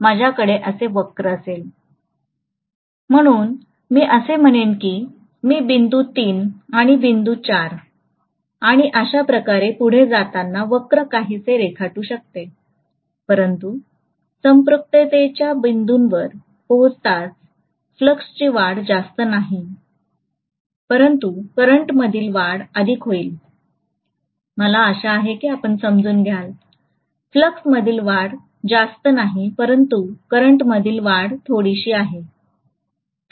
म्हणून मी असे म्हणेन की मी बिंदू 3 बिंदू 4 आणि अशा प्रकारे पुढे जाताना वक्र काहीसे रेखाटू शकते परंतु संपृक्ततेच्या बिंदूवर पोहोचताच फ्लक्सची वाढ जास्त नाही परंतु करंटमधील वाढ अधिक होईल मला आशा आहे की आपण समजून घ्याल फ्लक्समधील वाढ जास्त नाही परंतु करंटमधील वाढ थोडीशी आहे